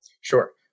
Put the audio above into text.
Sure